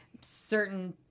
certain